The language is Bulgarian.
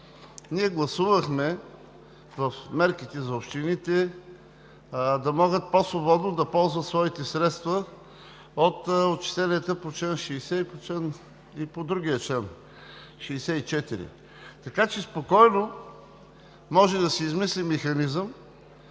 ние гласувахме в мерките за общините те да могат по-свободно да ползват своите средства от отчисленията по чл. 60 и по чл. 64. Спокойно може да се измисли механизъм